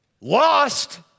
Lost